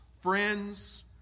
friends